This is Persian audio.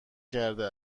کرده